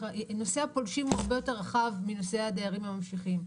נושא הפולשים הוא הרבה יותר רחב מנושא הדיירים הממשיכים.